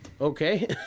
Okay